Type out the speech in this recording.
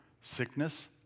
sickness